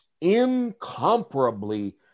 incomparably